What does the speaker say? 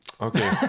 okay